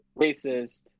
racist